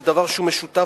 זה דבר שהוא משותף,